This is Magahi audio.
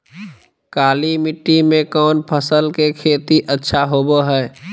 काली मिट्टी में कौन फसल के खेती अच्छा होबो है?